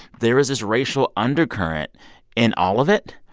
there is this racial undercurrent in all of it.